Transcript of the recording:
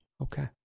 Okay